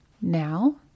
Now